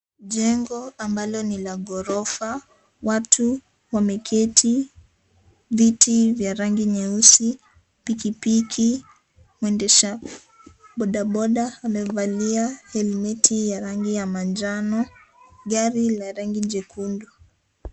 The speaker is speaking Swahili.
Jengo ambalo ni la ghorofa, watu wameketi ,viti vya rangi nyeusi, pikipiki, mwendesha pikipiki amevalia helmeti ya rangi ya njano, gari la rangi jekundu.